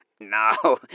No